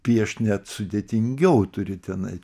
piešt net sudėtingiau turi tenai